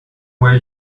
way